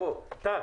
טל,